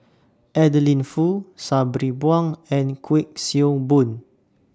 Adeline Foo Sabri Buang and Kuik Swee Boon